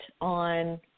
on